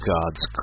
God's